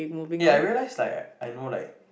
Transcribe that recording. eh I realize like I know like